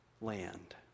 land